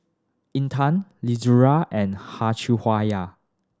Intan Izara and